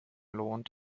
lohnt